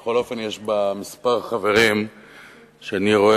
ובכל אופן יש בה כמה חברים שאני רואה